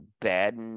bad